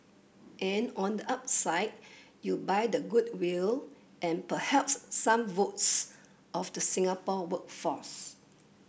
and on the upside you buy the goodwill and perhaps some votes of the Singapore workforce